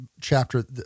chapter